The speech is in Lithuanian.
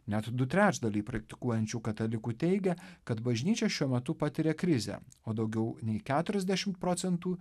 net du trečdaliai praktikuojančių katalikų teigia kad bažnyčia šiuo metu patiria krizę o daugiau nei keturiasdešimt procentų